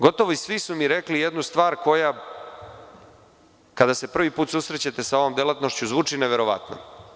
Gotovo svi su mi rekli jednu stvar koja, kada se prvi put susrećete sa ovom delatnošću, zvuči neverovatno.